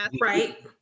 Right